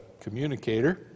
Communicator